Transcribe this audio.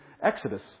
Exodus